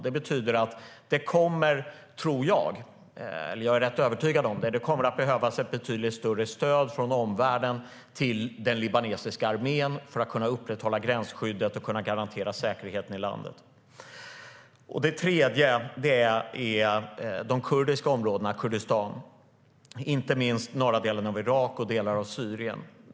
Det betyder, är jag rätt övertygad om, att det kommer att behövas ett betydligt större stöd från omvärlden till den libanesiska armén för att kunna upprätthålla gränsskyddet och garantera säkerheten i landet. Det tredje är de kurdiska områdena - Kurdistan. Det gäller inte minst norra delen av Irak och delar av Syrien.